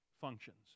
functions